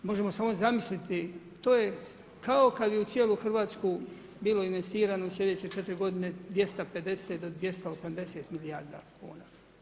Možemo samo zamisliti, to je kao kad bi u cijelu Hrvatsku bilo investirano sljedeće 4 godine 250 do 280 milijarda kuna.